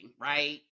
right